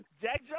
Jack